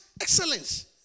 excellence